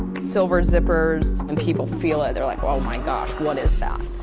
silver zippers. when people feel it, they're like, oh my gosh, what is that?